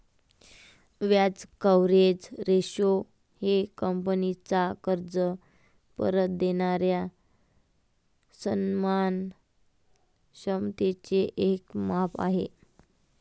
व्याज coverage ratio हे कंपनीचा कर्ज परत देणाऱ्या सन्मान क्षमतेचे एक माप आहे